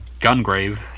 Gungrave